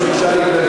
שכולל היבטים,